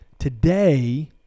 Today